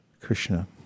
Krishna